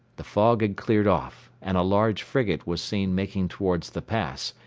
the fog had cleared off, and a large frigate was seen making towards the pass,